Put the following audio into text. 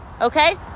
Okay